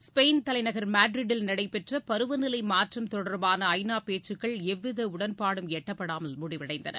Spain தலைநகர் மேட்ரிட்டில் நடைபெற்றபருவநிலைமாற்றம் தொடர்பான ஐ நா பேச்சுக்கள் எவ்விதஉடன்பாடும் எட்டப்படாமல் முடிவடைந்தன